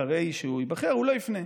אחרי שהוא ייבחר הוא לא יפנה.